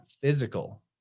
physical